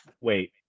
wait